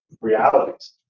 realities